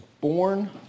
born